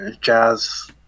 jazz